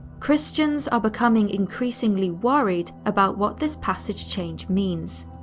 christians are becoming increasingly worried about what this passage change means.